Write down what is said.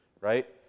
right